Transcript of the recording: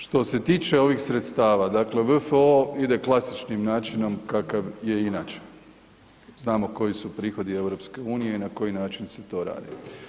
Što se tiče ovih sredstava, dakle VFO ide klasičnim načinom kakav je inače, znamo koji su prihodi EU, na koji način se to radi.